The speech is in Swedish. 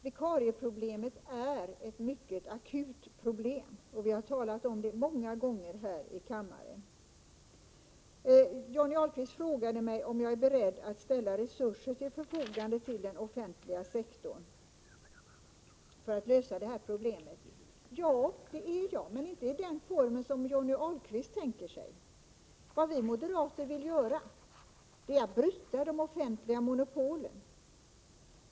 Vikarieproblemet är mycket akut, och vi har talat om det många gånger här i kammaren. Johnny Ahlqvist frågade mig också om jag är beredd att ställa resurser till förfogande för den offentliga sektorn för att lösa det problemet. Ja, det är jag. Men inte i den form som Johnny Ahlqvist tänker sig. Vad vi moderater vill göra är att bryta de offentliga monopolen.